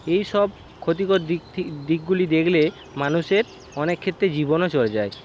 এইসব ক্ষতিকর দিকগুলি দেখলে মানুষের অনেক ক্ষেত্রে জীবনও চলে যায়